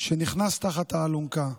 שנכנס תחת האלונקה,